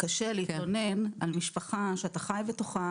קשה להתלונן על משפחה שאתה חי בתוכה.